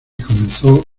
comenzó